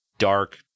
dark